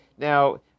Now